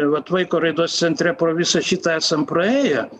vat vaiko raidos centre pro visą šitą esam praėję